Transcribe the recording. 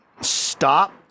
stop